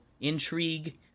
intrigue